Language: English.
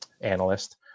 analyst